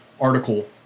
article